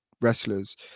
wrestlers